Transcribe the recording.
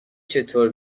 چطور